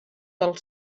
del